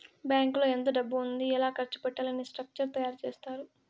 బ్యాంకులో ఎంత డబ్బు ఉంది ఎలా ఖర్చు పెట్టాలి అని స్ట్రక్చర్ తయారు చేత్తారు